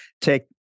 take